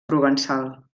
provençal